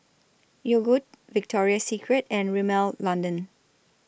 Yogood Victoria Secret and Rimmel London